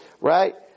right